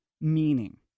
meaning